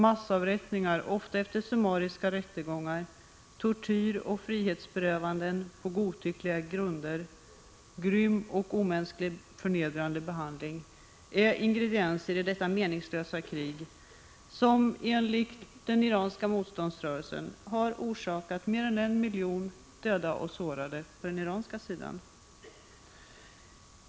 Massavrättningar, ofta efter summariska rättegångar, tortyr och frihetsberövanden på godtyckliga grunder, grym, omänsklig och förnedrande behandling är ingredienser i detta meningslösa krig, som enligt den iranska motståndsrörelsen orsakat mer än en miljon döda och sårade på den iranska sidan.